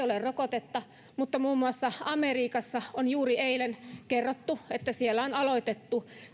ole rokotetta mutta muun muassa amerikassa on juuri eilen kerrottu että siellä on aloitettu